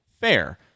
fair